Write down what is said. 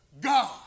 God